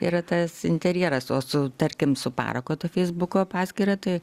yra tas interjeras o su tarkim su parako ta feisbuko paskyra tai